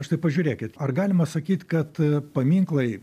štai pažiūrėkit ar galima sakyt kad paminklai